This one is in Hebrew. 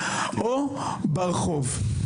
או ברחוב.